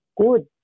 good